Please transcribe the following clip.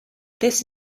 this